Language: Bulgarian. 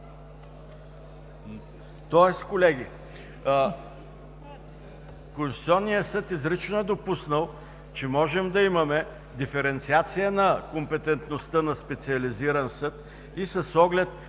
Тоест, колеги, Конституционният съд изрично е допуснал, че можем да имаме диференциация на компетентността на Специализиран съд и с оглед